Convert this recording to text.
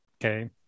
Okay